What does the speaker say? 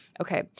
Okay